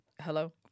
Hello